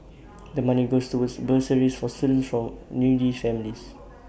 the money goes towards bursaries for students from needy families